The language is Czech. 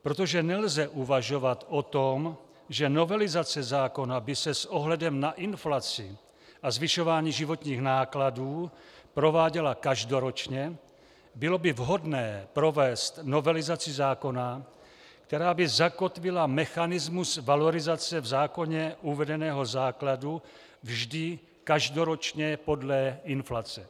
Protože nelze uvažovat o tom, že novelizace zákona by se s ohledem na inflaci a zvyšování životních nákladů prováděla každoročně, bylo by vhodné provést novelizaci zákona, která by zakotvila mechanismus valorizace v zákoně uvedeného základu vždy každoročně podle inflace.